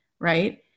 right